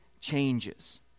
changes